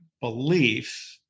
belief